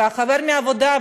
והחבר מהעבודה,